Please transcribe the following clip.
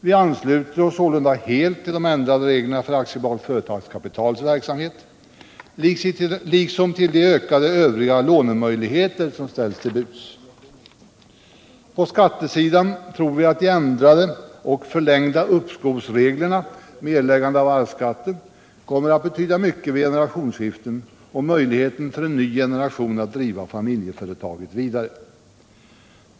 Vi ansluter oss sålunda helt till ändringen av reglerna för AB Företagskapitals verksamhet, liksom till de ökade övriga lånemöjligheter som förverkligas. På skattesidan tror vi att ändringen och förlängningen när det gäller uppskovsreglerna för erläggande av arvsskatten kommer att betyda mycket vid generationsskiften och möjligheten för en ny generation att driva familjeföretag vidare.